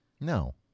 No